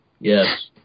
yes